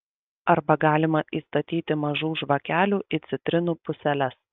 arba galima įstatyti mažų žvakelių į citrinų puseles